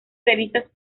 revistas